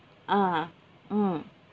ah mm